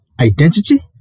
identity